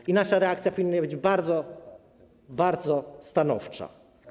I nasza reakcja powinna być bardzo, bardzo stanowcza.